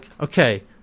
okay